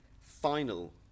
final